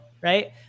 Right